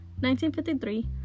1953